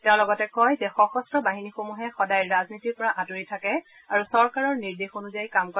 তেওঁ লগতে কয় যে সশস্ন বাহিনীসমূহে সদায় ৰাজনীতিৰ পৰা আঁতৰি থাকে আৰু চৰকাৰৰ নিৰ্দেশ অনুযায়ী কাম কৰে